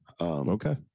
okay